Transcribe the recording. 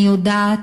אני יודעת,